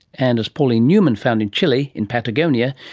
and as pauline newman found in chile, in patagonia,